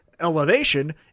Elevation